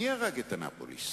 מי הרג את אנאפוליס?